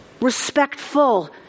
respectful